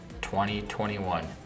2021